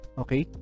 okay